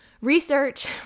Research